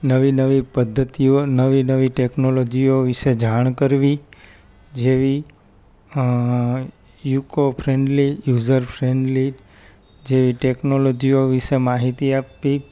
નવી નવી પદ્ધતિઓ નવી નવી ટેકનોલોજીઓ વિશે જાણ કરવી જેવી ઈકો ફ્રેન્ડલી યુઝર ફ્રેન્ડલી જેવી ટેક્નોલોજીઓ વિશે માહિતી આપવી